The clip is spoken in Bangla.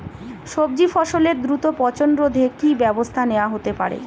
সবজি ফসলের দ্রুত পচন রোধে কি ব্যবস্থা নেয়া হতে পারে?